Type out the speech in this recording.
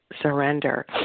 surrender